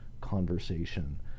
conversation